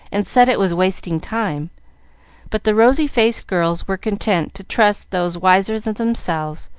and said it was wasting time but the rosy-faced girls were content to trust those wiser than themselves,